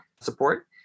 support